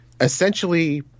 Essentially